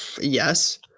Yes